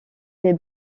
les